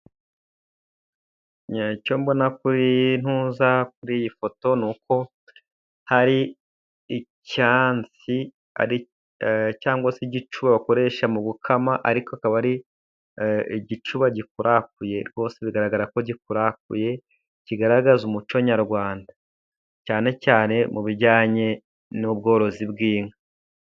Icyo mbona kuri ntuza, kuri iyi foto, n'uko hari icyansi cyangwa se igicu bakoresha mu gukama ariko akaba ari igicuba gikurakuye, rwose bigaragara ko gikurakuye kigaragaza umuco nyarwanda cyane cyane mu bijyanye n'ubworozi bw'inka.